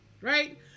Right